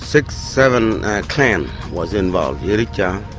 six, seven clan was involved. yeah yeah